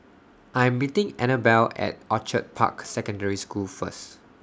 I Am meeting Annabel At Orchid Park Secondary School First